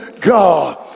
god